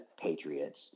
patriots